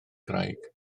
graig